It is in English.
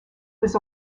was